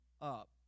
up